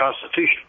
Constitution